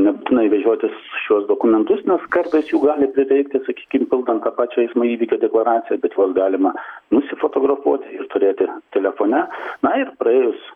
nebūtinai vežiotis šiuos dokumentus nes kartais jų gali prireikti sakykim pildant tą pačią eismo įvykio deklaraciją bet juos galima nusifotografuot ir turėti telefone na ir praėjus